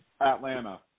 Atlanta